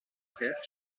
frère